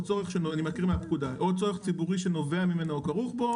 או צורך ציבורי שנובע ממנו או כרוך בו,